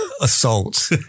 assault